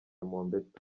mobetto